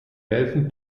welchen